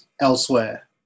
elsewhere